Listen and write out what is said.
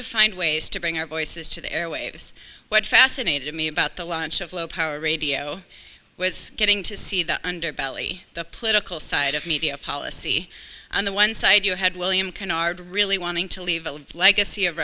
to find ways to bring our voices to the airwaves what fascinated me about the launch of low power radio was getting to see the underbelly the political side of media policy on the one side you had william canard really wanting to leave a legacy of